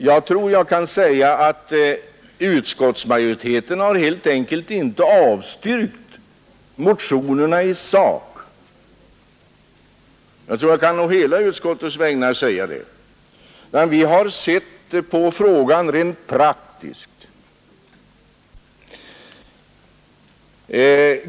Jag tror att jag å hela utskottets vägnar kan säga att motionen inte har avstyrkts i sak. Vi har sett rent praktiskt på frågan.